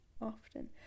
Often